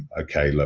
ah okay, like